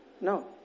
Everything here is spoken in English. No